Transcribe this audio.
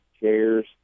chairs